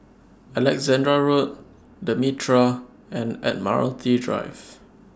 Alexandra Road The Mitraa and Admiralty Drive